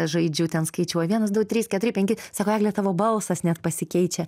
žaidžiau ten skaičiuoju vienas du trys keturi penki sako egle tavo balsas net pasikeičia